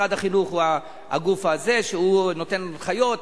משרד החינוך הוא הגוף שנותן הנחיות,